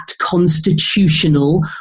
constitutional